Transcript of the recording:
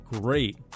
great